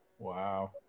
Wow